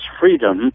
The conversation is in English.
freedom